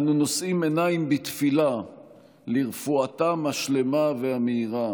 אנו נושאים עיניים בתפילה לרפואתם השלמה והמהירה